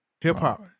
Hip-hop